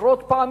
עשרות פעמים.